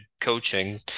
coaching